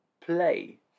play